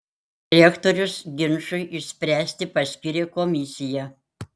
rektorius ginčui išspręsti paskyrė komisiją